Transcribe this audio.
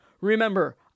Remember